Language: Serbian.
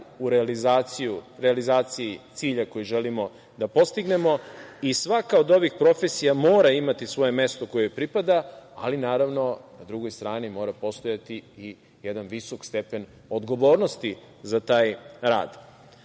u realizaciji cilja koji želimo da postignemo i svaka od ovih profesija mora imati svoje mesto koje joj pripada, ali naravno na drugoj strani mora postojati i jedan visok stepen odgovornosti za taj rad. Ne